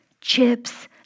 chips